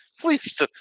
Please